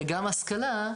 וגם השכלה.